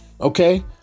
Okay